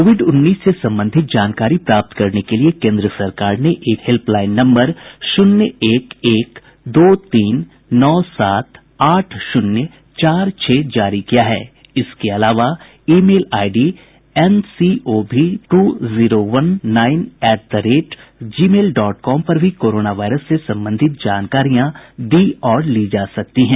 Covid उन्नीस से संबंधित जानकारी प्राप्त करने के लिए सरकार ने एक हेल्पलाइन नम्बर शून्य एक एक दो तीन नौ सात आठ शून्य चार छह जारी किया है इसके अलावा e mail ID N C O भी two zero one nine eight the rate Gmail dot com पर भी कोरोना वायरस से संबंधित जानकारियां दी और ली जा सकती हैं